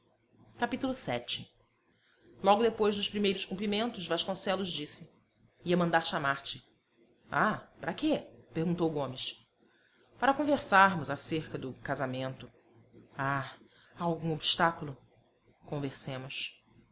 vii logo depois dos primeiros cumprimentos vasconcelos disse ia mandar chamar te ah para quê perguntou gomes para conversarmos acerca do casamento ah há algum obstáculo conversemos